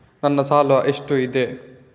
ನನ್ನ ಸಾಲ ಎಷ್ಟು ಇದೆ?